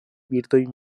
birdoj